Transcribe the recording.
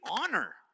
honor